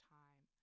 time